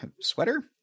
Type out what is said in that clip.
sweater